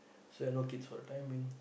so I no kids for the time being